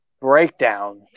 Breakdown